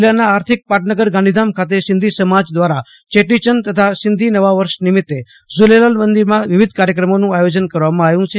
જીલ્લાના આર્થિક પાટનગર ગાંધીધામ ખાતે સિંધી સમાજ દ્વારા ચેતીચંદ તથા સિંધી નવા વર્ષ નિમિતે નિમિતે ઝૂલેલાલ મંદિરમાં વિવિધ કાર્યક્રમોનું આયોજન કરવામાં આવ્યું છે